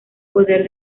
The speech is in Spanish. poder